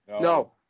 No